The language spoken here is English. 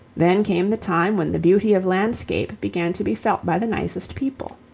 then came the time when the beauty of landscape began to be felt by the nicest people.